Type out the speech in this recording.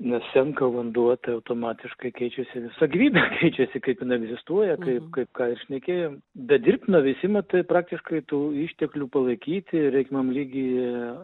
nes senka vanduo tai automatiškai keičiasi visa gyvybė keičiasi kaip ir jinai egzistuoja kaip ką ir šnekėjom be dirbtino veisimo tai praktiškai tų išteklių palaikyti ir reikiamam lygy